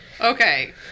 Okay